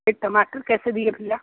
ये टमाटर कैसे दिए भैया